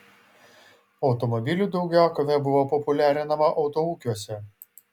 automobilių daugiakovė buvo populiarinama autoūkiuose